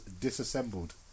Disassembled